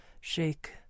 shake